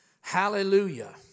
Hallelujah